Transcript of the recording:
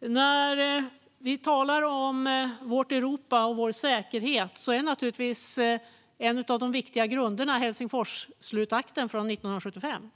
När vi talar om vårt Europa och vår säkerhet är en av de viktiga grunderna Helsingforsslutakten från 1975.